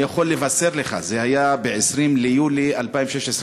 אני יכול לבשר לך" זה היה ב-20 ביולי 2016,